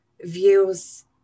views